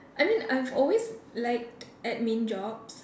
I mean I've always liked admin jobs